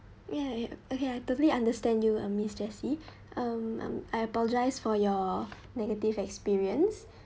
ya ya okay I totally understand you uh miss jessie um I apologise for your negative experience